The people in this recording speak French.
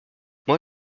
moi